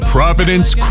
Providence